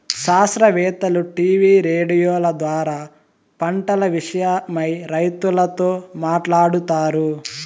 శాస్త్రవేత్తలు టీవీ రేడియోల ద్వారా పంటల విషయమై రైతులతో మాట్లాడుతారు